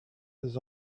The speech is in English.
his